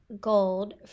Gold